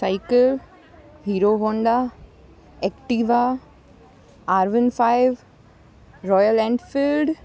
cycle Hero Honda Activa R one five Royal Enfield